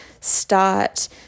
start